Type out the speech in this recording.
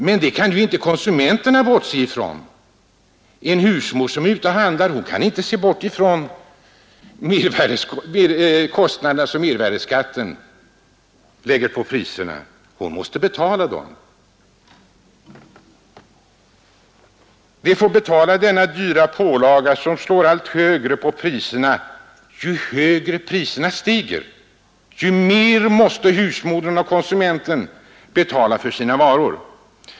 Men den kan inte konsumenterna bortse från. En husmor som är ute och handlar kan inte se bort ifrån de ökade kostnader som mervärdeskatten innebär — hon måste betala dem. De får betala denna dyra pålaga, som slår allt högre på priserna ju mer dessa stiger.